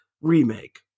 remake